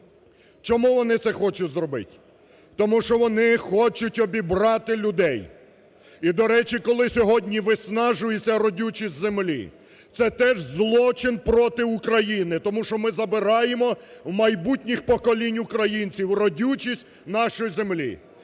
Чому вони це хочуть зробити? Тому що вони хочуть обібрати людей. І, до речі, коли сьогодні виснажуються родючі землі, - це теж злочин проти України, тому що ми забираємо в майбутніх поколінь українців родючість нашої землі,